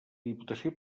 diputació